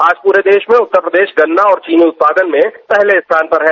आज पूरे देश में उत्तर प्रदेश गन्ना और चीनी उत्पादन में पहले स्थान पर है